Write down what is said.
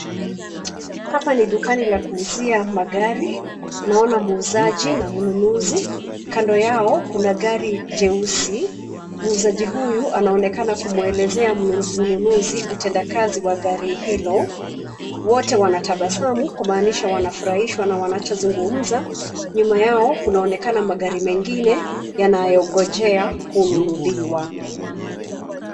Hapa ni dukani la kuuzia magari. Naona muuzaji na mnunuuzi kando yao kuna gari jeusi. Muuzaji huyu anaonekana kumelezea mnunuuzi utendakazi wa gari hilo. Wote wanatabasamu kumaanisha wanafurahishwa na wanachozungumza. Nyuma yao kunaonekana magari mengine yanayongojea kununuliwa.